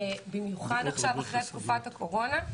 במיוחד עכשיו אחרי תקופות הקורונה.